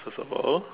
first of all